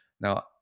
Now